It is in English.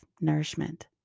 nourishment